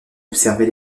observer